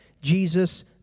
Jesus